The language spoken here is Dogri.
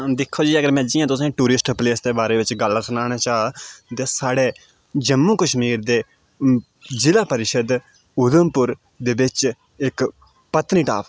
दिक्खो जी अगर में जि'यां तुसें ई टूरिस्ट प्लेस दे बारे बिच गल्ल सनाना चा ते साढ़े जम्मू कश्मीर दे जिला परिषद उधमपुर दे बिच इक पत्नीटॉप